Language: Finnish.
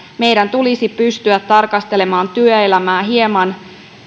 meidän tulisi pystyä tarkastelemaan työelämää hieman